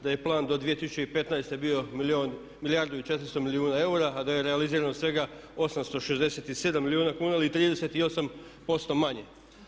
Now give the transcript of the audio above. Da je plan do 2015. bio milijardu i 400 milijuna eura a da je realizirano svega 867 milijuna kuna ili 38% manje.